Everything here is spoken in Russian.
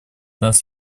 нас